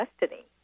destiny